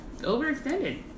overextended